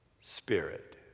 Spirit